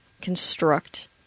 construct